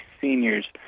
seniors